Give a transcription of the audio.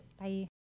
Bye